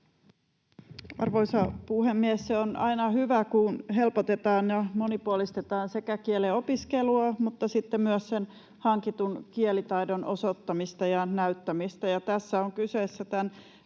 Arvoisa puhemies! On aina hyvä, kun helpotetaan ja monipuolistetaan sekä kielen opiskelua että sitten myös sen hankitun kielitaidon osoittamista ja näyttämistä,